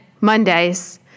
Mondays